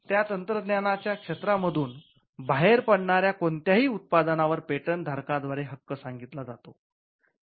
त्या तंत्रज्ञानाच्या क्षेत्रामधून बाहेर पडणाऱ्या कोणत्याही उत्पादनावर पेटंट धारकाद्वारे हक्क सांगितला जातो